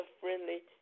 friendly